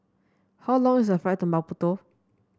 how long is the flight to Maputo